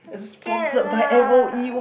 scared lah